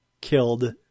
killed